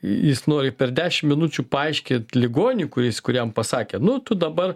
jis nori per dešimt minučių paaiškint ligoniui kuris kuriam pasakė nu tu dabar